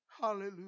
Hallelujah